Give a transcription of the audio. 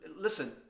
Listen